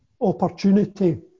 opportunity